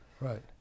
right